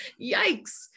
yikes